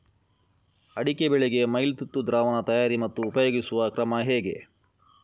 ಅಡಿಕೆ ಬೆಳೆಗೆ ಮೈಲುತುತ್ತು ದ್ರಾವಣ ತಯಾರಿ ಮತ್ತು ಉಪಯೋಗಿಸುವ ಕ್ರಮ ಹೇಗೆ?